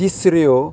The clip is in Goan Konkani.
तिसऱ्यो